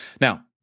Now